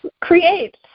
create